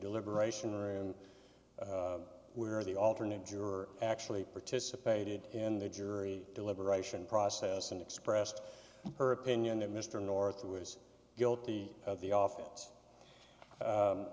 deliberation room where the alternate juror actually participated in the jury deliberation process and expressed her opinion that mr north was guilty at the office